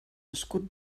escut